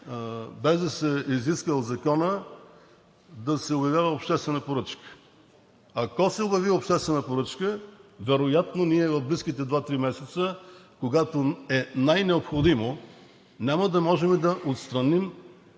без да се изисква от Закона да се обявява обществена поръчка. Ако се обяви обществена поръчка, вероятно ние в близките 2 – 3 месеца, когато е най необходимо, няма да можем да отстраним